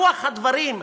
רוח הדברים,